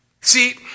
See